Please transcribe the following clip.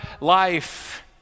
life